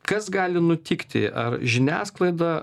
kas gali nutikti ar žiniasklaida